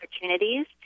opportunities